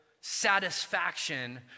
satisfaction